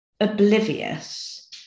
oblivious